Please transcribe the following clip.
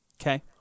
Okay